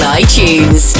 iTunes